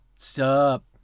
sup